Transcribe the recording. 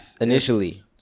Initially